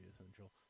essential